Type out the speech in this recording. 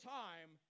time